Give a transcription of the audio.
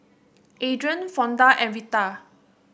Adrian Fonda and Retha